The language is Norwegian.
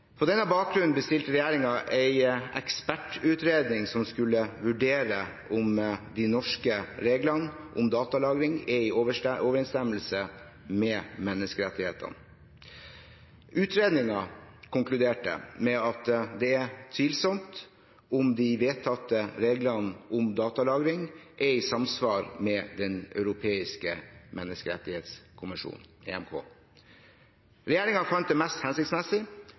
På denne bakgrunn bestilte regjeringen en ekspertutredning som skulle vurdere om de norske reglene om datalagring er i overenstemmelse med menneskerettighetene. Utredningen konkluderte med at det er tvilsomt om de vedtatte reglene om datalagring er i samsvar med Den europeiske menneskerettskonvensjonen, EMK. Regjeringen fant det mest hensiktsmessig